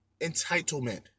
Entitlement